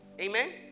amen